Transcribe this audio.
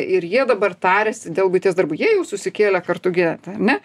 ir jie dabar tariasi dėl buities darbų jie jau susikėlė kartu gyvent a ne